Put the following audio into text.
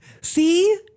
See